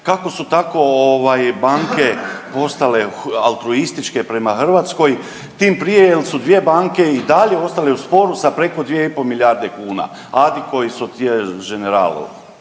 kako su tako banke postale altruističke prema Hrvatskoj tim prije jel su dvije banke i dalje ostale u sporu sa preko 2,5 milijarde kuna Addiko i Societe Generale?